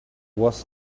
was